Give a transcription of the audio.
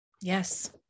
yes